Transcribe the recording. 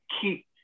keep